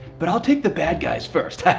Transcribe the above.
but i'll take the bad guys first!